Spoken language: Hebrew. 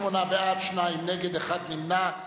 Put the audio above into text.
28 בעד, שניים נגד, אחד נמנע.